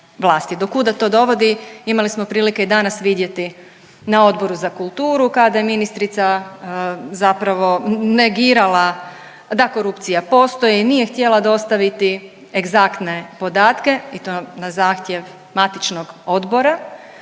Do kuda to dovodi imali smo prilike i danas vidjeti na Odboru za kulturu kada je ministrica zapravo negirala da korupcija postoji. Nije htjela dostaviti egzaktne podatke i to na zahtjev matičnog odbora,